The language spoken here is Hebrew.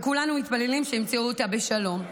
כולנו מתפללים שימצאו אותה בשלום.